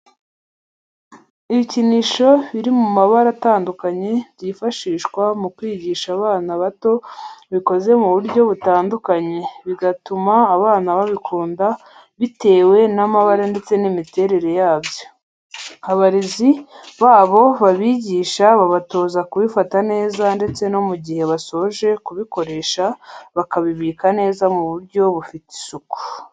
Ibikinisho biri mu mabara atandukanye byifashishwa mu kwigisha abana bato bikoze mu buryo butandukanye bigatuma abana babikunda bitewe n'amabara ndetse n'imiterere yabyo, abarezi babo babigisha babatoza kubifata neza ndetse no mu gihe basoje kubikoresha bakabibika neza mu buryo bufite isuku.